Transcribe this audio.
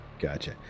Gotcha